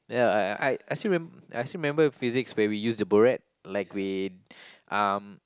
ya I I I still remem~ I still remember physics where we use the burette like we um